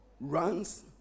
runs